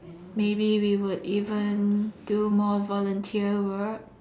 maybe we would even do more volunteer work